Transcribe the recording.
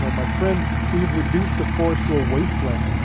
so my friend, we have reduced the forest to a wasteland.